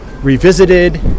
revisited